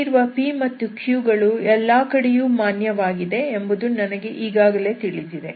ಇಲ್ಲಿರುವ p ಮತ್ತು q ಗಳು ಎಲ್ಲಾ ಕಡೆಯೂ ಮಾನ್ಯವಾಗಿದೆ ಎಂಬುದು ನನಗೆ ಈಗಾಗಲೇ ತಿಳಿದಿದೆ